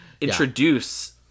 introduce